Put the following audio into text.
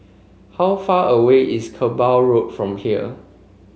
how far away is Kerbau Road from here